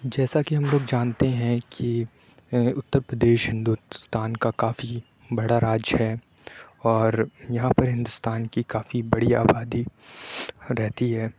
جیسا کہ ہم لوگ جانتے ہے کہ اُتر پردیش ہندوستان کا کافی بڑا راجیہ ہے اور یہاں پر ہندوستان کی کافی بڑی آبادی رہتی ہے